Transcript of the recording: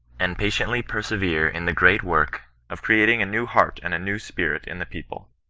and patiently persevere in the great work of creating a new heart and a new spirit in the people.